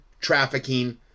trafficking